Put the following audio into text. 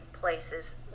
places